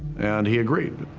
and he agreed.